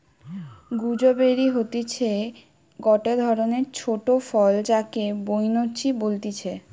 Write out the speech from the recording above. gooseberry হতিছে গটে ধরণের ছোট ফল যাকে বৈনচি বলতিছে